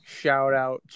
shout-out